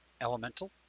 elemental